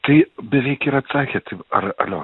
tai beveik ir atsakėt į ar alio